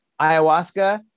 ayahuasca